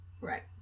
Right